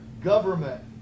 government